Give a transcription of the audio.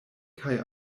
kaj